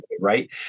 right